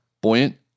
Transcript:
buoyant